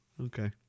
Okay